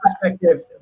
perspective